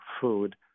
food